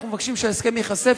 אנחנו מבקשים שההסכם ייחשף